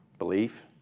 Belief